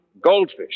Goldfish